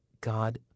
God